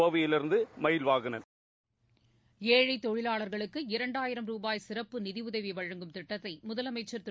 கோவையிலிருந்து மயில்வாகணன் ஏழைத் தொழிலாளர்களுக்கு இரண்டாயிரம் ரூபாய் சிறப்பு நிதியுதவி வழங்கும் திட்டத்தை முதலமைச்சர் திரு